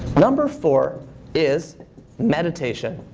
number four is meditation.